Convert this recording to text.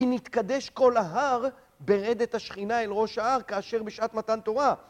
היא נתקדש כל ההר ברדת השכינה אל ראש ההר כאשר בשעת מתן תורה